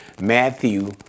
Matthew